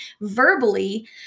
verbally